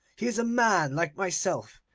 he is a man like myself.